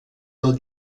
del